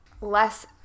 less